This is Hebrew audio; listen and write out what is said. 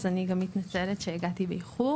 אז אני גם מתנצלת שהגעתי באיחור,